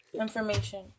information